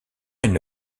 une